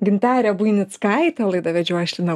gintarę buinickaitę laidą vedžiau aš lina